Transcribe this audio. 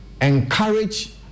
encourage